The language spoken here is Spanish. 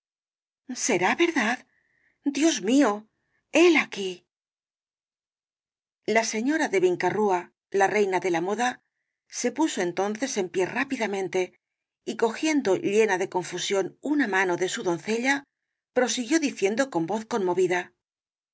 será verdad dios mío el aquí la señora de vinca rúa la reina de la moda se puso entonces en pie rápidamente y cogiendo llena de confusión una mano de su doncella prosiguió diciendo con voz conmovida